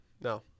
No